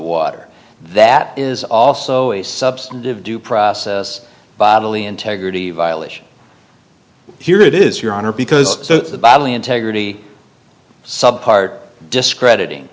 water that is also a substantive due process bodily integrity violation here it is your honor because so badly integrity sub part discredit